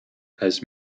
had